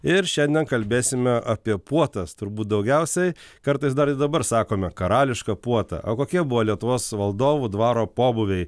ir šiandien kalbėsime apie puotas turbūt daugiausiai kartais dar ir dabar sakome karališką puotą o kokie buvo lietuvos valdovų dvaro pobūviai